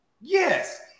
Yes